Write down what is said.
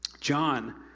John